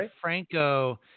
Franco